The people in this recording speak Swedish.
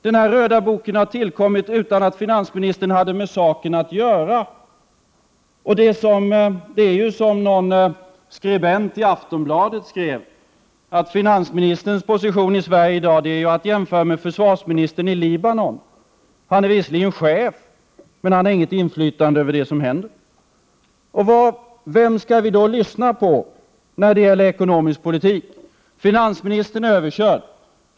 Den röda boken har tillkommit utan att finansministern hade med saken att göra. Det är, som någon skribent i Aftonbladet skrev: finansministerns position i Sverige i dag är att jämföra med försvarsministerns i Libanon — han är visserligen chef, men han har inget inflytande över det som händer. Vem skall vi då lyssna på när det gäller ekonomisk politik? Finansministern är överkörd.